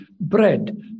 bread